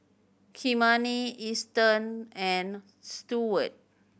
Kymani Easton and Stewart